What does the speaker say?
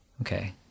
okay